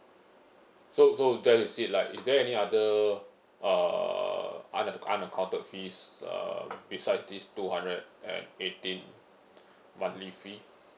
so so that is it like is there any other uh unacc~ unaccounted fees uh beside this two hundred and eighteen monthly fee